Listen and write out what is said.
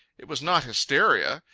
it was not hysteria.